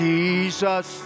Jesus